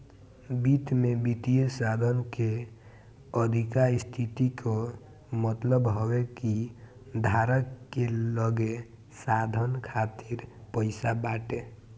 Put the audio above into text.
वित्त में वित्तीय साधन के अधिका स्थिति कअ मतलब हवे कि धारक के लगे साधन खातिर पईसा बाटे